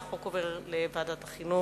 הצעת החוק עוברת לוועדת החינוך.